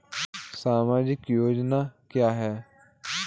सामाजिक योजना क्या है?